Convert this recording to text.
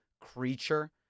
creature